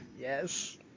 Yes